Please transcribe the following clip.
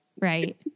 Right